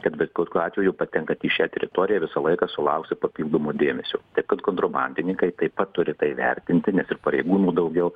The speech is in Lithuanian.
kad bet kokiu atveju patenkant į šią teritoriją visą laiką sulauksi papildomo dėmesio taip kad kontrabandininkai taip pat turi tai vertinti nes ir pareigūnų daugiau